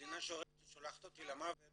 מדינה ששולחת אותי למוות